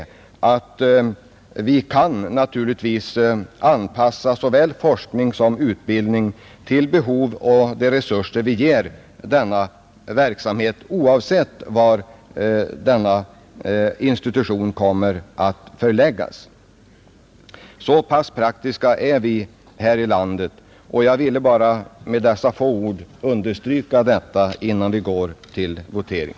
Vi kan naturligtvis anpassa såväl forskning som utbildning till behovet och till de resurser vi ger verksamheterna, oavsett var denna institution kommer att förläggas. Så pass praktiska är vi här i landet. Jag ville bara med dessa få ord understryka den saken, innan vi går till votering.